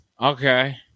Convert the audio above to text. Okay